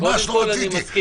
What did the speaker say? ממש לא רציתי,